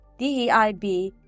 DEIB